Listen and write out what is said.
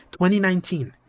2019